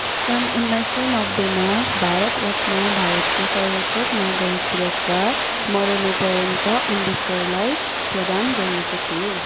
सन् उन्नाइस सय नब्बेमा भारतरत्न भारतको सर्वोच्च नागरिक पुरस्कार मरणोपरान्त अम्बेदकरलाई प्रदान गरिएको थियो